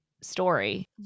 story